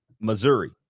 Missouri